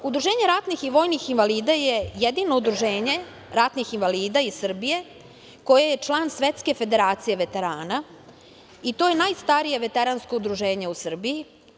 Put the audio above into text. Udruženje ratnih i vojnih invalida je jedino udruženje ratnih invalida iz Srbije koje je član Svetske federacije veterana i to je najstarije veteransko udruženje u Srbiji.